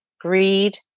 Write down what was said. greed